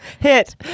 Hit